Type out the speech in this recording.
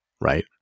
right